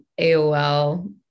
AOL